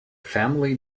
family